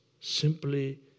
simply